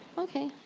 ok.